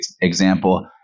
example